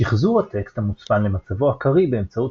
שחזור הטקסט המוצפן למצבו הקריא באמצעות